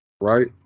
Right